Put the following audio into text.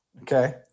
Okay